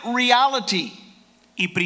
reality